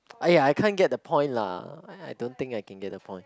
!aiya! I can't get the point lah I don't think I can get the point